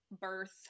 birth